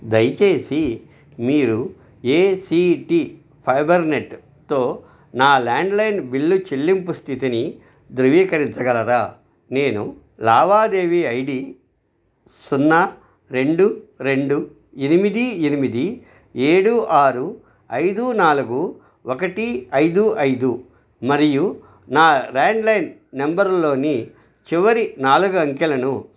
దయచేసి మీరు A C T ఫైబర్నెట్తో నా ల్యాండ్లైన్ బిల్లు చెల్లింపు స్థితిని ధృవీకరించగలరా నేను లావాదేవీ ఐ డి సున్నా రెండు రెండు ఎనిమిది ఎనిమిది ఏడు ఆరు ఐదు నాలుగు ఒకటి ఐదు ఐదు మరియు నా ల్యాండ్లైన్ నంబర్లోని చివరి నాలుగు అంకెలను